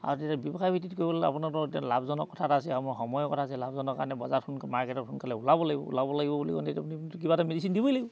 আৰু তেতিয়া ব্যৱসায় ভিত্তিত কৰিবলৈ আপোনাৰ এতিয়া লাভজনক কথা আছে আমাৰ সময়ৰ কথা আছে লাভজনৰ কাৰণে বজাৰত সোনকালে মাৰ্কেটত সোনকালে ওলাব লাগিব ওলাব লাগিব বুলি ক'লেতো আপুনি কিবা এটা মেডিচিন দিব লাগিব